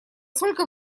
сколько